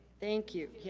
thank you.